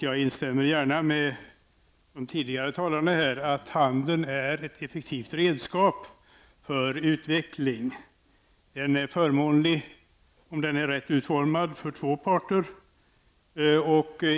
Jag instämmer gärna med de tidigare talarna i att handeln är ett effektivt redskap och förmånlig, om den är rätt utformad, för båda parter.